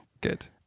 Good